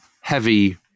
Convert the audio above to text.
heavy